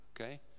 okay